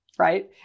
right